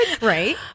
right